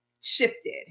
shifted